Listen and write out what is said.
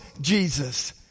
Jesus